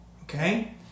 okay